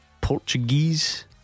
Portuguese